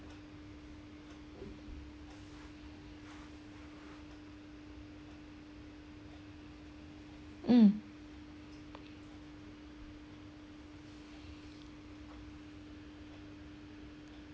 mm